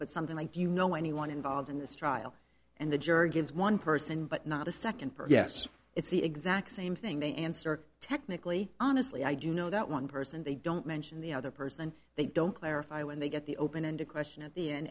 but something like you know anyone involved in this trial and the jury gives one person but not a second per yes it's the exact same thing they answer technically honestly i do know that one person they don't mention the other person and they don't clarify when they get the open ended question at the end